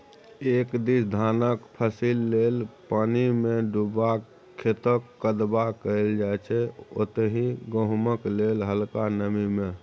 एक दिस धानक फसिल लेल पानिमे डुबा खेतक कदबा कएल जाइ छै ओतहि गहुँमक लेल हलका नमी मे